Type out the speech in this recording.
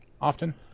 often